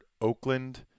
Oakland